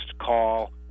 call